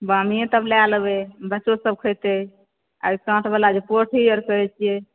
बामीए तब लै लेबै बच्चोंसभ खेतै आ ई काँटवला जे पोठी आर कहै छियै